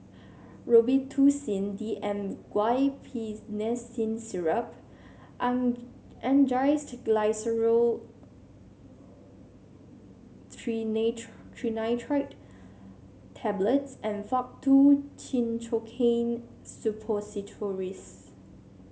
Robitussin D M Guaiphenesin Syrup Angised Glyceryl Trinitrate Tablets and Faktu Cinchocaine Suppositories